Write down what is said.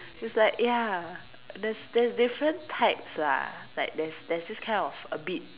it's like ya there's there's different types lah like there's there's this kind of a bit